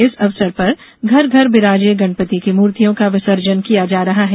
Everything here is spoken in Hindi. इस अवसर पर घर घर बिराजे गणपति की मूर्तियों का विसर्जन किया जा रहा है